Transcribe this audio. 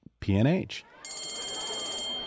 PNH